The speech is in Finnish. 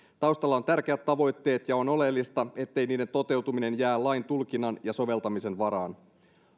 taustalla on tärkeät tavoitteet ja on oleellista ettei niiden toteutuminen jää lain tulkinnan ja soveltamisen varaan